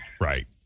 Right